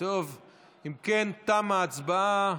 אם כן, תמה ההצבעה.